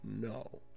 No